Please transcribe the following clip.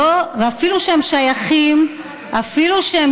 ואפילו שהם שייכים,